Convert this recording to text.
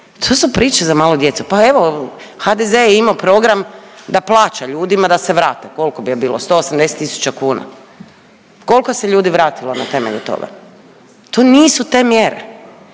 to su priče za malu djecu. Pa evo, HDZ je imao program da plaća ljudima da se vrate, koliko je bilo, 180 tisuća kuna. Kolko se ljudi vratilo na temelju toga? To nisu te mjere.